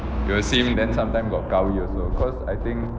it was him then sometimes got qawi also cause I think